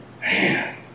Man